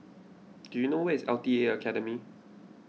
do you know where is L T A Academy